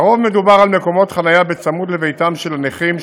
לרוב מדובר על מקומות חניה בצמוד לביתם של הנכים,